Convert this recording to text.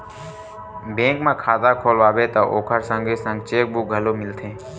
bank म खाता खोलवाबे त ओखर संगे संग चेकबूक घलो मिलथे